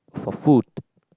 for food